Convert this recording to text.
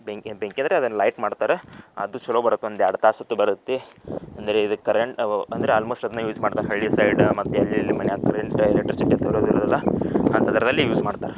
ಬೆಂಕಿ ಅಂತ ಬೆಂಕಿ ಅಂದ್ರೆ ಅದನ್ನ ಲೈಟ್ ಮಾಡ್ತಾರೆ ಅದು ಚಲೋ ಬರುತ್ತೆ ಒಂದು ಎರಡು ತಾಸತ್ತಿ ಬರುತ್ತೆ ಅಂದರೆ ಇದು ಕರೆಂಟ್ ಅಂದ್ರೆ ಆಲ್ಮೋಸ್ಟ್ ಅದನ್ನೇ ಯೂಸ್ ಮಾಡ್ತಾರೆ ಹಳ್ಳಿ ಸೈಡ ಮತ್ತು ಅಲ್ಲಿ ಇಲ್ಲಿ ಮನೆಯಾಗ ಕರೆಂಟ ಎಲೆಕ್ಟ್ರಿಸಿಟಿ ಅಂಥವು ಇರೋದಿಲ್ಲಲ್ಲ ಅಂಥದ್ರಲ್ಲಿ ಯೂಸ್ ಮಾಡ್ತಾರೆ